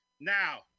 Now